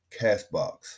CastBox